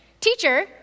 Teacher